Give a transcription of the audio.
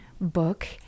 book